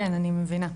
כן אני מבינה,